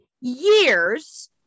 years